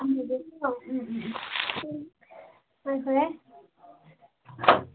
ꯎꯝ ꯎꯝ ꯎꯝ